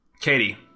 Katie